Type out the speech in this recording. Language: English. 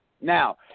Now